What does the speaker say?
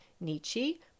Nietzsche